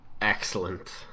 Excellent